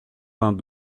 vingt